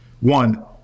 One